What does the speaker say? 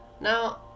Now